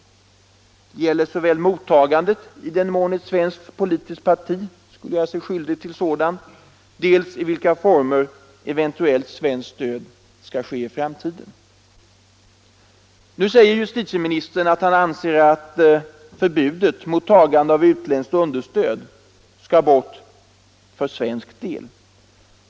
Det gäller dels mottagande, i den mån ett svenskt politiskt parti skulle göra sig skyldigt till sådant, dels i vilka former eventuellt svenskt stöd skall ges i framtiden. Nu säger justitieministern att han anser att förbudet mot tagande av utländskt understöd skall bort för svensk del.